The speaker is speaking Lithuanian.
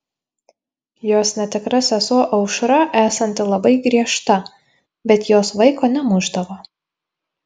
jos netikra sesuo aušra esanti labai griežta bet jos vaiko nemušdavo